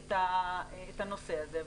את הנושא הזה.